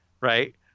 right